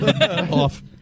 off